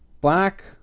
Black